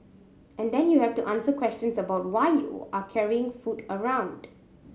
and then you have to answer questions about why you are carrying food around